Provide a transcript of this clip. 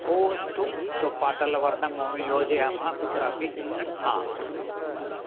ओ अस्तु सो पाटलवर्णः मो वयं योजयामः कुत्रापि हा